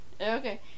Okay